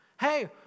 Hey